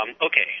Okay